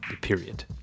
Period